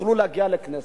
יוכלו להגיע לכנסת.